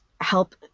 help